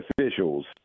officials